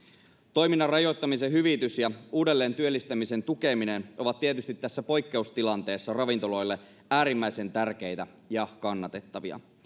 toiminnan rajoittamisen hyvitys ja uudelleentyöllistämisen tukeminen ovat tietysti tässä poikkeustilanteessa ravintoloille äärimmäisen tärkeitä ja kannatettavia